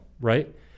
right